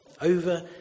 over